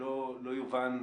שלא יובן,